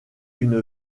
une